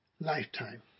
lifetime